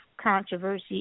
controversy